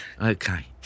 Okay